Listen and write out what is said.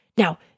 Now